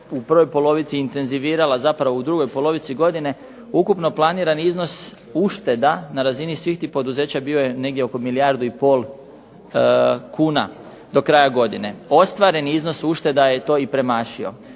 u prvoj polovici intenzivirala zapravo u drugoj polovici godine. Ukupno planirani iznos ušteda na razini svih tih poduzeća bio je negdje oko milijardu i pol kuna do kraja godine. Ostvareni iznos ušteda je to i premašeno.